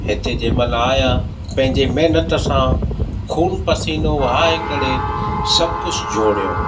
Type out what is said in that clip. हिते जंहिं महिल आया पंहिंजे महिनत सां ख़ून पसीनो वहाए करे सभु कुझु जोड़ियाऊं